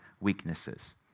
weaknesses